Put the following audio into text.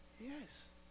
Yes